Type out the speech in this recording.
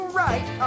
right